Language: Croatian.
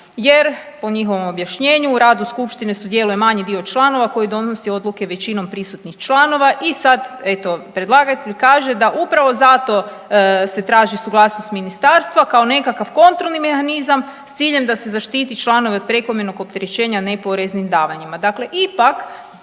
jer, po njihovom objašnjenju, rad u skupštini sudjeluje manji dio članova koji donosi odluke većinom prisutnih članova i sad, eto, predlagatelj kaže da upravo zato se traži suglasnost Ministarstva kao nekakvi kontrolni mehanizam s ciljem da se zaštititi članove od prekomjernog opterećenja neporeznim davanjima. Dakle ipak